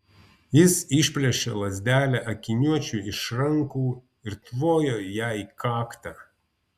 jis išplėšė lazdelę akiniuočiui iš rankų ir tvojo ja į kaktą